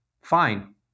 fine